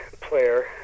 player